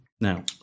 now